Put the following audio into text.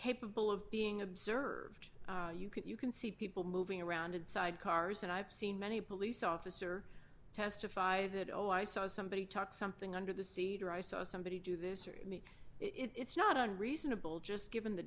capable of being observed you can see people moving around inside cars and i've seen many police officer testify that oh i saw somebody talk something under the seat or i saw somebody do this or me it's not unreasonable just given the